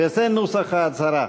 וזה נוסח ההצהרה: